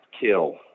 kill